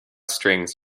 strings